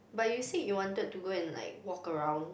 but you said you wanted to go and like walk around